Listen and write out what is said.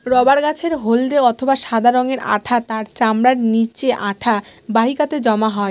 rubber গাছের হল্দে অথবা সাদা রঙের আঠা তার চামড়ার নিচে আঠা বাহিকাতে জমা হয়